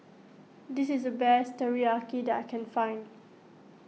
this is the best Teriyaki that I can find